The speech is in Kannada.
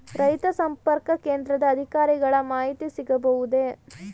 ರೈತ ಸಂಪರ್ಕ ಕೇಂದ್ರದ ಅಧಿಕಾರಿಗಳ ಮಾಹಿತಿ ಸಿಗಬಹುದೇ?